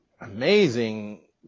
amazing